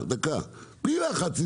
בלי לחץ.